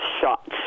shots